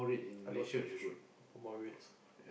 I got I bought reds